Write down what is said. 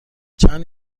چند